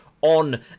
on